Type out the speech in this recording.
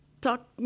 talk